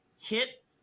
hit